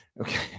okay